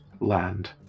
land